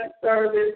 service